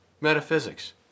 metaphysics